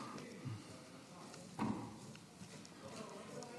בשעה טובה.